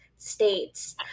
States